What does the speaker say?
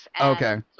Okay